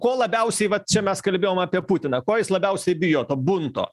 ko labiausiai vat čia mes kalbėjom apie putiną ko jis labiausiai bijo to bunto